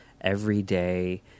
everyday